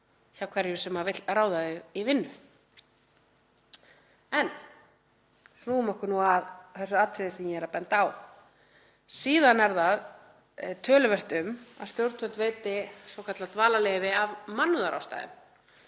hjá hverjum sem vill ráða þau í vinnu. En snúum okkur nú að þessu atriði sem ég er að benda á. Síðan er töluvert um að stjórnvöld veiti svokallað dvalarleyfi af mannúðarástæðum.